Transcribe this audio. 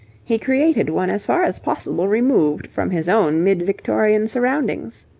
he created one as far as possible removed from his own mid-victorian surroundings.